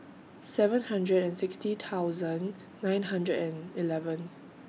seven hundred and sixty thousand nine hundred and eleven